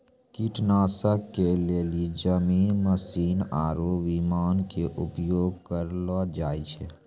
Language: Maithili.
कीटनाशक के लेली जमीनी मशीन आरु विमान के उपयोग कयलो जाय छै